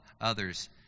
others